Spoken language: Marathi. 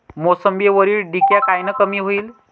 मोसंबीवरील डिक्या कायनं कमी होईल?